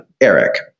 Eric